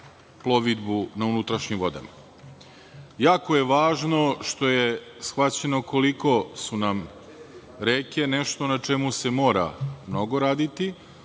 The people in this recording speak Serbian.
plovidbu na unutrašnjim vodama. Jako je važno što je shvaćeno koliko su nam reke nešto na čemu se mora mnogo raditi.